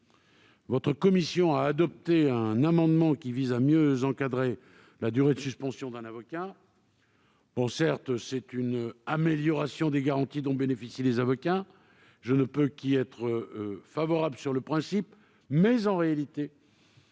Votre commission a adopté un amendement visant à mieux encadrer la durée de suspension d'un avocat. Il s'agit d'une amélioration des garanties dont bénéficient les avocats. Je ne peux qu'y être favorable sur le principe. Mais, en réalité,